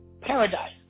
paradise